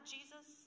Jesus